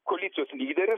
koalicijos lyderis